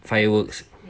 fireworks so